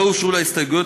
לא הוגשו לה הסתייגויות.